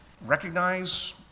recognize